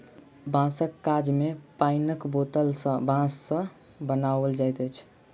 बाँसक काज मे पाइनक बोतल बाँस सॅ बनाओल जाइत अछि